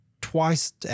twice